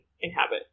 inhabit